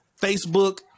Facebook